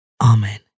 Amen